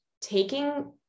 taking